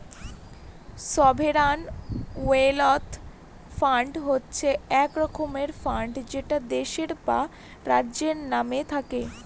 sovereign wealth fund হচ্ছে এক রকমের ফান্ড যেটা দেশের বা রাজ্যের নামে থাকে